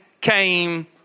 came